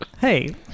Hey